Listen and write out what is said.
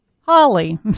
holly